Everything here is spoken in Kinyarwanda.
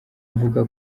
avuga